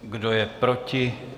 Kdo je proti?